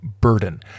burden